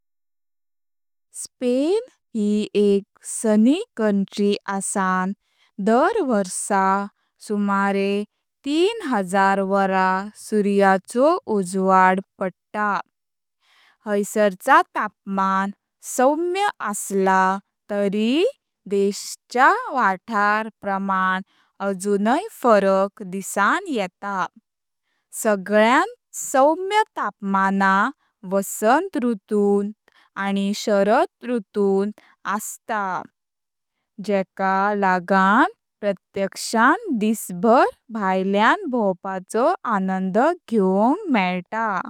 स्पेन ही एक sunny country आसा दर वर्ष सुमारे तीन हजार वरा सूर्याचो उजवाड पडता। हैसर्च तापमान सौम्य आसला तरी देशच्या वाथार प्रमाण अजुनय फरक दिसां येता। सगळ्यात सौम्य तापमान वसंत ऋतूंत आनी शरद ऋतूंत आस्ता जेका लागण प्रत्यक्षांत दिसभर भायल्यान भोंवपाचो आनंद घेवक मेलता।